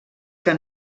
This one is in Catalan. que